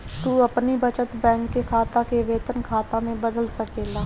तू अपनी बचत बैंक के खाता के वेतन खाता में बदल सकेला